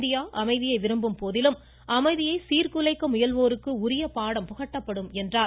India அமைதியை விரும்பும் போதிலும் அமைதியை சீர்குலைக்க முயல்வோருக்கு உரிய பாடம் புகட்டப்படும் என்றார்